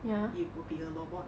it would be a robot